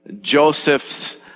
Joseph's